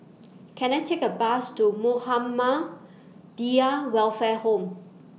Can I Take A Bus to Muhammadiyah Welfare Home